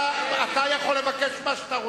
אתה יכול לבקש מה שאתה רוצה,